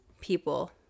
people